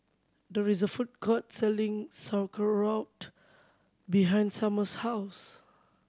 there is a food court selling Sauerkraut behind Summer's house